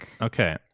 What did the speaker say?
Okay